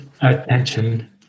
attention